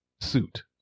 suit